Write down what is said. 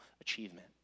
achievement